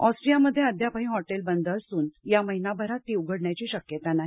ऑस्ट्रियामध्ये अद्यापही हॉटेल बंद असून या महिनाभरात ती उघडण्याची शक्यता नाही